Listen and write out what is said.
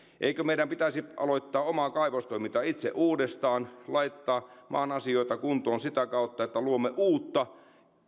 eikö meidän pitäisi aloittaa oma kaivostoiminta itse uudestaan laittaa maan asioita kuntoon sitä kautta että luomme uutta